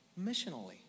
missionally